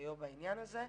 דיו בעניין הזה.